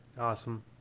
Awesome